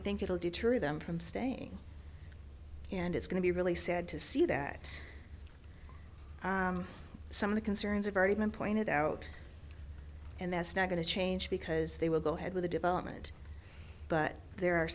think it will deter them from staying and it's going to be really sad to see that some of the concerns of already been pointed out and that's not going to change because they will go ahead with the development but there are